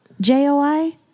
JOI